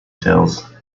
tales